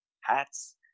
hats